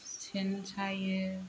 सेन सायो